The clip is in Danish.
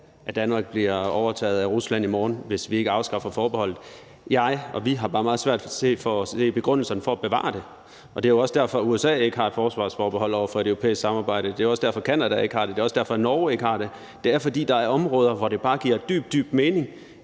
at Danmark bliver overtaget af Rusland i morgen, hvis vi ikke afskaffer forbeholdet. Jeg og vi har bare meget svært ved at se begrundelserne for at bevare det. Det er jo også derfor, USA ikke har et forsvarsforbehold over for det europæiske samarbejde. Det er også derfor, Canada ikke har det. Det er også derfor, Norge ikke har det. Det er, fordi der er områder, hvor det bare giver god, god mening,